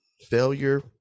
Failure